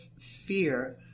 fear